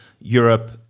Europe